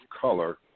color